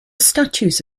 statues